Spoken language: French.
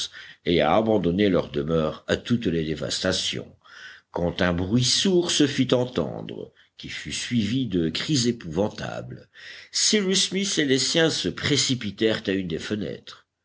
et à abandonner leur demeure à toutes les dévastations quand un bruit sourd se fit entendre qui fut suivi de cris épouvantables cyrus smith et les siens se précipitèrent à une des fenêtres